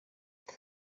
muri